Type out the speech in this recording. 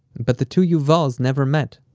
but the two yuvals never met.